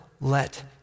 let